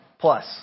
Plus